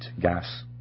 gas